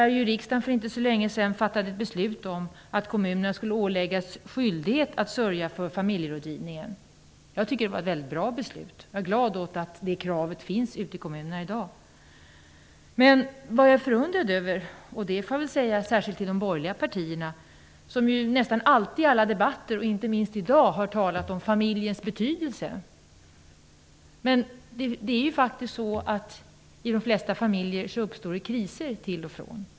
Riksdagen fattade ju för inte så länge sedan beslut om att kommunerna skulle åläggas skyldighet att sörja för familjerådgivningen. Det var ett mycket bra beslut, och jag är glad över att det kravet finns ute i kommunerna i dag. Men jag är särskilt förundrad över de borgerliga partierna, som ju annars i nästan alla debatter, inte minst i dag, talar om familjens betydelse. I de flesta familjer uppstår det ju faktiskt kriser till och från.